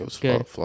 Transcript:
good